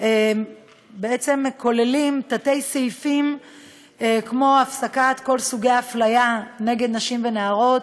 בעצם כוללים תתי-סעיפים כמו הפסקת כל סוגי האפליה נגד נשים ונערות.